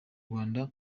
rwanda